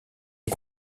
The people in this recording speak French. est